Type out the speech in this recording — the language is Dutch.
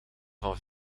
van